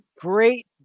great